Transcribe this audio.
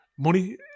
Money